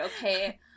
Okay